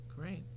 great